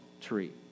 tree